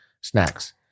snacks